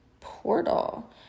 Portal